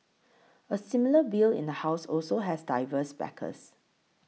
a similar bill in the House also has diverse backers